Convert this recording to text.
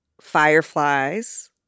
fireflies